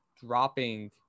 dropping